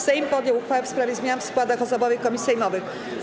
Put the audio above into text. Sejm podjął uchwałę w sprawie zmian w składach osobowych komisji sejmowych.